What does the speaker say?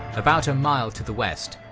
about a mile to the west,